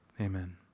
amen